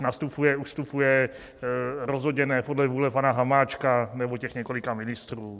Virus nastupuje, ustupuje, rozhodně ne podle vůle pana Hamáčka nebo několika ministrů.